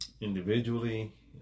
individually